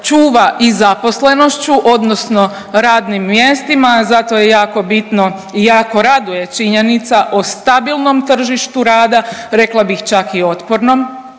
čuva i zaposlenošću odnosno radnim mjestima, zato je jako bitno i jako raduje činjenica o stabilnom tržištu rada, rekla bih čak i otpornom,